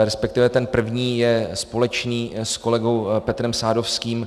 Respektive ten první je společný s kolegou Petrem Sadovským.